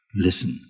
listen